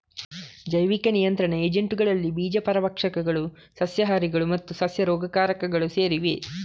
ಜೈವಿಕ ನಿಯಂತ್ರಣ ಏಜೆಂಟುಗಳಲ್ಲಿ ಬೀಜ ಪರಭಕ್ಷಕಗಳು, ಸಸ್ಯಹಾರಿಗಳು ಮತ್ತು ಸಸ್ಯ ರೋಗಕಾರಕಗಳು ಸೇರಿವೆ